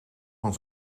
van